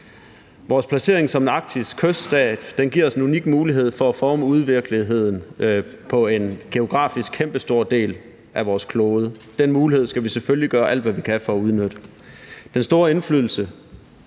Vores placering som en arktisk kyststat giver os en unik mulighed for at forme udviklingen på en geografisk kæmpestor del af vores klode. Den mulighed skal vi selvfølgelig gøre alt, hvad vi kan, for at udnytte. Den store indflydelse